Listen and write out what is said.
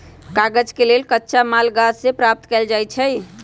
कागज के लेल कच्चा माल गाछ से प्राप्त कएल जाइ छइ